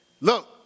Look